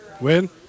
Win